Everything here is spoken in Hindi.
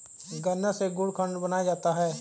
गन्ना से गुड़ खांड बनाया जाता है